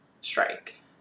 strike